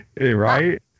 right